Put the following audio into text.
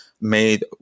made